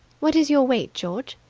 what is your weight, george?